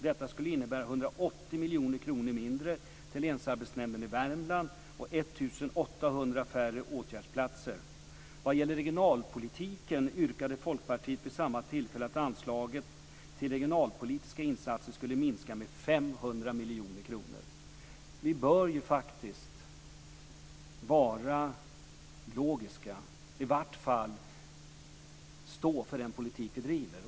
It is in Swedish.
Detta skulle innebära 180 miljoner kronor mindre till Länsarbetsnämnden i Värmland och 1 800 Vad gäller regionalpolitiken yrkade Folkpartiet vid samma tillfälle att anslaget till regionalpolitiska insatser skulle minska med 500 miljoner kronor. Vi bör ju faktiskt vara logiska, i vart fall stå för den politik vi driver.